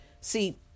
see